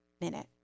minute